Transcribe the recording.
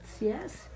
yes